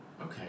Okay